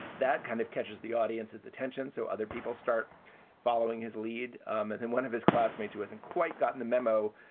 that kind of catches the audience's attention. so other people start following his lead. um and then one of his classmates who hasn't quite gotten the memo,